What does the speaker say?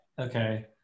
Okay